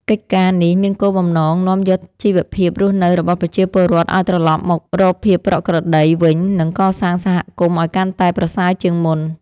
កិច្ចការនេះមានគោលបំណងនាំយកជីវភាពរស់នៅរបស់ប្រជាពលរដ្ឋឱ្យត្រឡប់មករកភាពប្រក្រតីវិញ និងកសាងសហគមន៍ឱ្យកាន់តែប្រសើរជាងមុន។